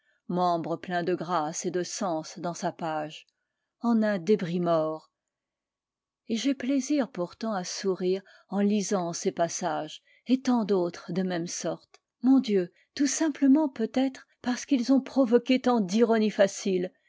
membre plein de grâce et de sens dans sa page en un débris mort et j'ai plaisir pourtant à sourire en lisant ces passages et tant d'autres de même sorte mon dieu tout simplement peut-être parce qu'ils ont provoqué tant d'ironies faciles